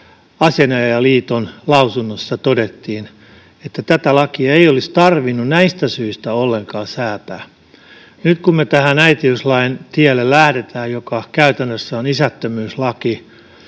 Asianajajaliiton lausunnossa todettiin, että tätä lakia ei olisi tarvinnut näistä syistä ollenkaan säätää. Nyt kun me tämän äitiyslain tielle lähdemme, joka käytännössä on isättömyyslaki,